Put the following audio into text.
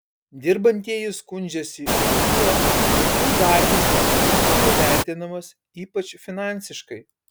dirbantieji skundžiasi ir tuo kad jų darbas nepakankamai vertinamas ypač finansiškai